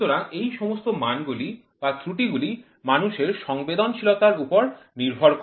সুতরাং এই সমস্ত মানগুলি বা ত্রুটিগুলি মানুষের সংবেদনশীলতার উপর নির্ভর করে